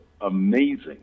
amazing